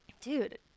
dude